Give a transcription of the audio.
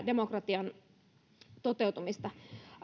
demokratian toteutumista